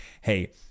hey